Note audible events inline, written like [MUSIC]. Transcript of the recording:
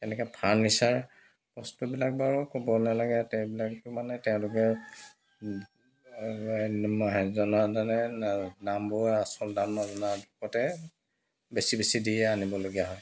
এনেকৈ ফাৰ্ণিচাৰ বস্তুবিলাক বাৰু ক'ব নালাগে এইবিলাক মানে তেওঁলোকে [UNINTELLIGIBLE] আচল দাম নজনা দোষতে বেছি বেছি দিয়ে আনিবলগীয়া হয়